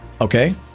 okay